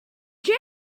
gel